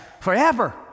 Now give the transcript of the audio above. forever